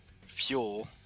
Fuel